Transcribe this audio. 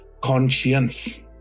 conscience